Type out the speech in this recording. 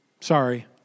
sorry